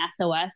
SOS